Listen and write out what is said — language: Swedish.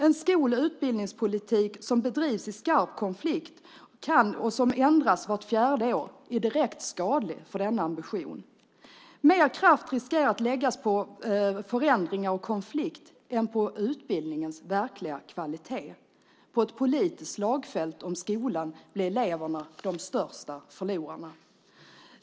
En skol och utbildningspolitik som bedrivs i skarp konflikt och som ändras vart fjärde år kan vara direkt skadlig för en sådan ambition. Mer kraft riskerar att läggas på förändringar och konflikt än på utbildningens verkliga kvalitet. På ett politiskt slagfält om skolan blir eleverna de största förlorarna.